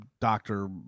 doctor